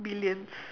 billions